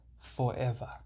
forever